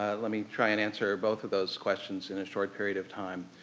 let me try and answer both of those questions in a short period of time,